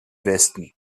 westen